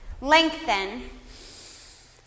Lengthen